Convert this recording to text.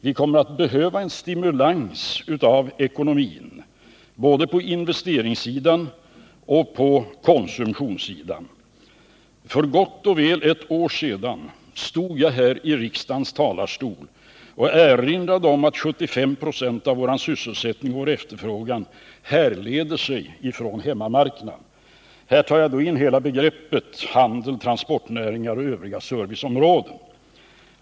Vi kommer att behöva en stimulans av ekonomin, både på investeringssidan och på konsumtionssidan. För gott och väl ett år sedan stod jag här i riksdagens talarstol och erinrade om att 75 926 av vår sysselsättning och vår efterfrågan härledde sig från hemmamarknaden. Här tar jag in hela det begrepp som omfattar handel, transportnäringar och övriga serviceområden.